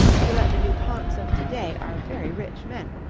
so that the duponts of to-day are very rich men,